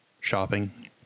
shopping